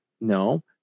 no